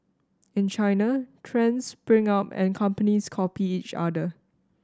in China trends spring up and companies copy each other